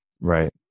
Right